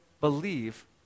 believe